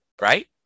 right